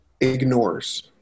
ignores